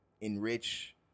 enrich